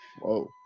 whoa